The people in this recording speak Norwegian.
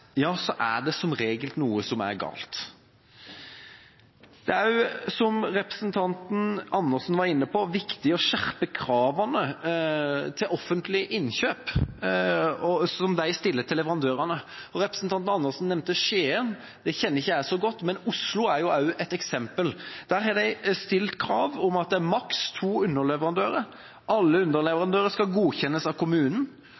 er det som regel noe som er galt. Som representanten Andersen var inne på, er det også viktig å skjerpe kravene som offentlige innkjøpere stiller til leverandørene. Representanten Andersen nevnte Skien. Det kjenner ikke jeg så godt til, men Oslo er også et eksempel. Der har de stilt krav om at det skal være maksimalt to underleverandører, at alle